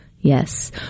Yes